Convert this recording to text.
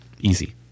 Easy